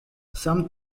some